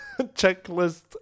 checklist